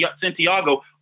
Santiago